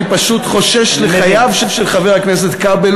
אני פשוט חושש לחייו של חבר הכנסת כבל,